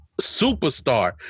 superstar